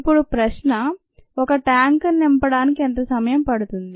ఇప్పుడు ప్రశ్న ఒక ట్యాంకును నింపడానికి ఎంత సమయం పడుతుంది